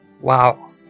wow